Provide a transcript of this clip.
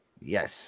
Yes